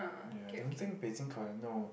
ya I don't think basing current know